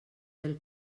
del